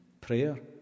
prayer